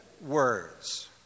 words